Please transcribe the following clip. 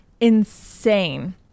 insane